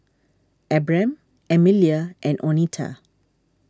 Abram Emilia and oneta